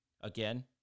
Again